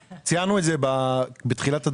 ציינו את זה גם בתחילת הדברים,